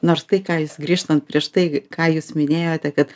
nors tai ką jis grįžtant prieš tai ką jūs minėjote kad